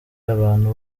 abantu